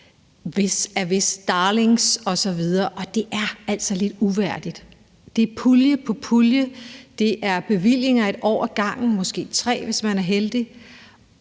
hvis der er hvis darlings osv. Det er altså lidt uværdigt. Det er pulje på pulje, det er bevillinger på 1 år ad gangen eller måske 3, hvis man er heldig,